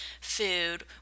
food